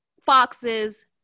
foxes